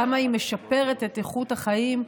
כמה היא משפרת את איכות החיים,